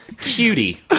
Cutie